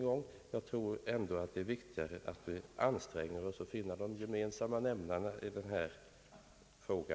Men det är oändligt mycket viktigare att vi anstränger oss att finna de gemensamma nämnarna i denna fråga.